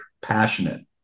passionate